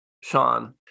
Sean